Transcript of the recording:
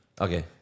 Okay